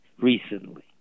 recently